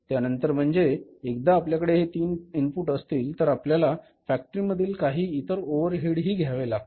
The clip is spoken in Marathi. त्यानंतर म्हणजे एकदा आपल्याकडे हे तीन इनपुट असतील तर आपल्याला फॅक्टरीमधील काही इतर ओव्हरहेड ही घ्यावे लागतील